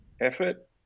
effort